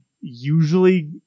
usually